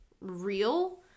Real